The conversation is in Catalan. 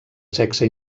sexe